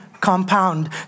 compound